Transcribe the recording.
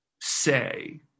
say